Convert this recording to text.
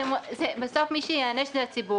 בסוף מי שייענש זה הציבור